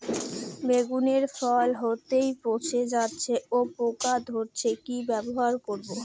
বেগুনের ফল হতেই পচে যাচ্ছে ও পোকা ধরছে কি ব্যবহার করব?